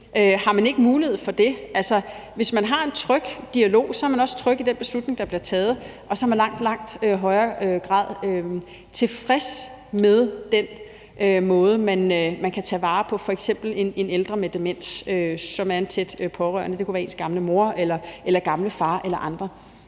Har man ikke mulighed for det? Altså, hvis man har en tryg dialog, er man også tryg ved den beslutning, der bliver taget, og så er man i langt, langt højere grad tilfreds med den måde, man kan tage vare på f.eks. en ældre med demens, som er en tæt pårørende. Det kunne være ens gamle mor eller ens gamle far eller andre.